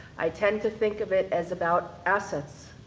i tend to think of it as about assets.